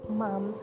mom